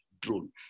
drone